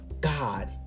God